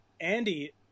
Andy